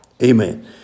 Amen